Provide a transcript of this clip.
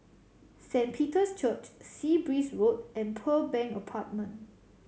Saint Peter's Church Sea Breeze Road and Pearl Bank Apartment